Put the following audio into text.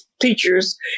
teachers